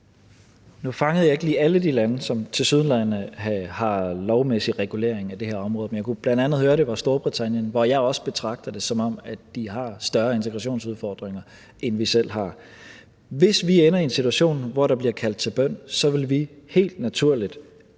Nu fangede jeg ikke lige alle de lande, som tilsyneladende har lovmæssig regulering af det her område, men jeg kunne bl.a. høre, at det var Storbritannien, hvor jeg også betragter det, som om de har større integrationsudfordringer, end vi selv har. Hvis vi ender i en situation, hvor der bliver kaldt til bøn, vil vi helt naturligt